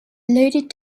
loaded